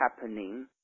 happening